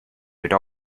would